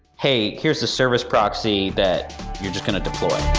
hey, here's the service proxy that you're just going to deploy.